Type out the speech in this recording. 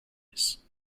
noise